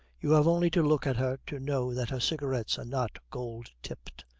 you have only to look at her to know that her cigarettes are not gold-tipped.